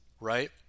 right